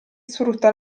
sfrutta